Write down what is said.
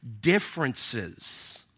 differences